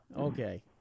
Okay